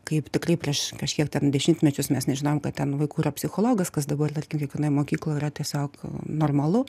kaip tikrai prieš kažkiek ten dešimtmečius mes nežinojom kad ten vaikų yra psichologas kas dabar tarkim kiekvienoj mokykloj yra tiesiog normalu